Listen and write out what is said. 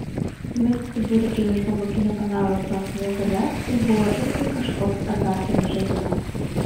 kinai susibūrę ėmė iš bambukinio penalo traukti lazdeles tai buvo irgi kažkoks azartinis žaidimas